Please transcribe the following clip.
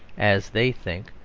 as they think,